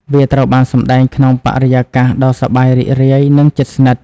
វាត្រូវបានសម្តែងក្នុងបរិយាកាសដ៏សប្បាយរីករាយនិងជិតស្និទ្ធ។